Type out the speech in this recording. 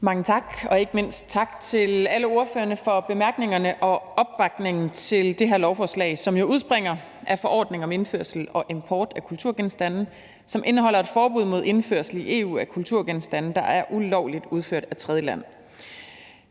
Mange tak, og ikke mindst tak til alle ordførerne for bemærkningerne og opbakningen til det her lovforslag, som jo udspringer af forordningen om indførsel og import af kulturgenstande, som indeholder et forbud mod indførsel i EU af kulturgenstande, der er ulovligt udført af tredjelande.